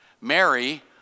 Mary